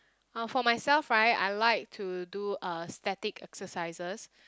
uh for myself right I like to do uh static exercises